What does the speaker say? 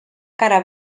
cara